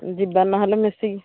ଯିବା ନହେଲେ ମିଶିକି